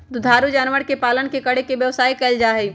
दुधारू जानवर के पालन करके व्यवसाय कइल जाहई